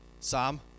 Sam